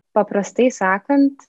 paprastai sakant